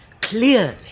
clearly